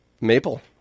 Maple